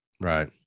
Right